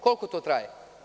Koliko to traje?